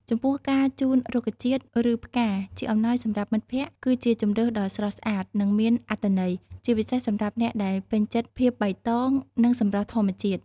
ចំពោះការជូនរុក្ខជាតិ ឬផ្កា ជាអំណោយសម្រាប់មិត្តភក្តិ គឺជាជម្រើសដ៏ស្រស់ស្អាត និងមានអត្ថន័យ ជាពិសេសសម្រាប់អ្នកដែលពេញចិត្តភាពបៃតង និងសម្រស់ធម្មជាតិ។